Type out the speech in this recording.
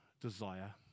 desire